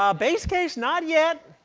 um base case not yeah